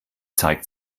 zeigt